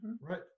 Right